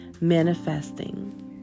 manifesting